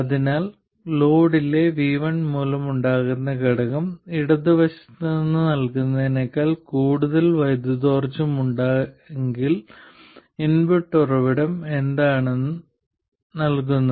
അതിനാൽ ലോഡിലെ vi മൂലമുണ്ടാകുന്ന ഘടകം ഇടതുവശത്ത് നിന്ന് നൽകുന്നതിനേക്കാൾ കൂടുതൽ വൈദ്യുതിയോർജ്ജമുണ്ടെങ്കിൽ ഇൻപുട്ട് ഉറവിടം എന്താണ് നൽകുന്നത്